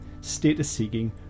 status-seeking